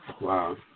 wow